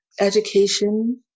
education